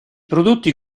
prodotti